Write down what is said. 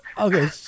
Okay